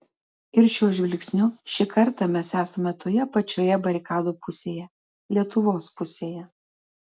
ir šiuo žvilgsniu šį kartą mes esame toje pačioje barikadų pusėje lietuvos pusėje